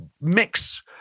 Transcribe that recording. mix